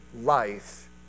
life